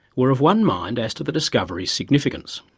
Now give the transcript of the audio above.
were of one mind as to the discovery's significance.